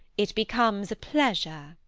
it becomes a pleasure.